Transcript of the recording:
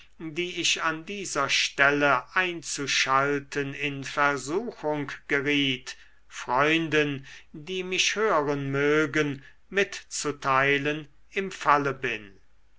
die ich an dieser stelle einzuschalten in versuchung geriet freunden die mich hören mögen mitzuteilen im falle bin